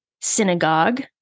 synagogue